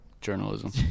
Journalism